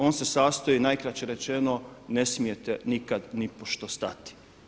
On se sastoji najkraće rečeno: Ne smijete nikad nipošto stati!